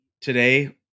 today